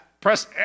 Press